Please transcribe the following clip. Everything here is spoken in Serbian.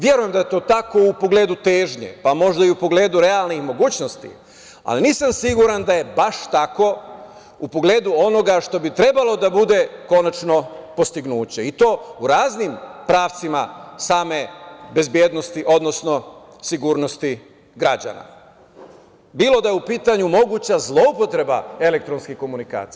Verujem da je to tako u pogledu težnje, pa možda i u pogledu realne i mogućnosti, ali nisam siguran da je baš tako u pogledu onoga što bi trebalo da bude konačno postignuće, i to u raznim pravcima same bezbednosti, odnosno sigurnosti građana, bilo da je u pitanju moguća zloupotreba elektronske komunikacije.